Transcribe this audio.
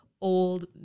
old